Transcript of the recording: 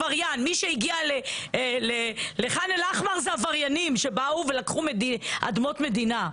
מי שהגיע לחאן אל-אחמר זה עבריינים שבאו ולקחו אדמות מדינה.